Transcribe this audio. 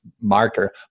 Marker